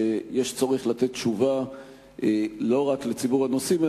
שיש צורך לתת תשובה לא רק לציבור הנוסעים,